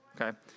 okay